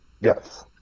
Yes